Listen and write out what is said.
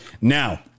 Now